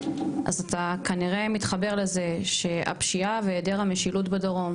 אז אתה כנראה מתחבר לזה שהפשיעה והיעדר המשילות בדרום,